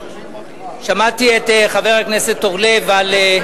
שמעתי את חבר הכנסת אורלב על,